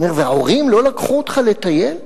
וההורים לא לקחו אותך לטייל?